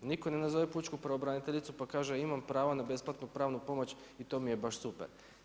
Nitko ne nazove Pučku pravobraniteljicu pa kaže, imam prava na besplatnu pravnu pomoć, to mi je baš super.